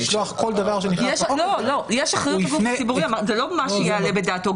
לשלוח כל דבר- -- זה לא מה שיעלה בדעתו.